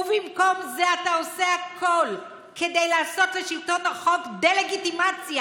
ובמקום זה אתה עושה הכול כדי לעשות לשלטון החוק דה-לגיטימציה,